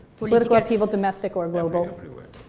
political upheaval, domestic or global. everywhere.